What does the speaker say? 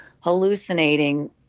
hallucinating